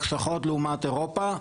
הקשחות לעומת אירופה,